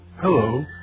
Hello